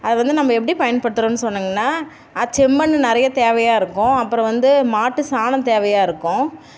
அதை வந்து நம்ம எப்படி பயன்படுத்துகிறோன்னு சொன்னீங்கன்னா செம்மண்ணு நிறையா தேவையாக இருக்கும் அப்புறம் வந்து மாட்டு சாணம் தேவையாக இருக்கும்